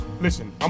listen